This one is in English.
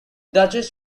duchess